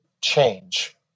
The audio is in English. change